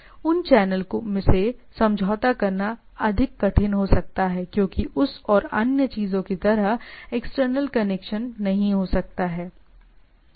उस चैनल से समझौता करना अधिक कठिन हो सकता है क्योंकि उस और अन्य चीजों की तरह एक्सटर्नल कनेक्शन नहीं हो सकता है